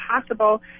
possible